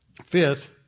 Fifth